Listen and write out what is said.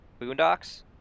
boondocks